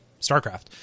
Starcraft